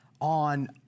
on